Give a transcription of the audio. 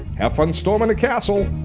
have fun storming the castle!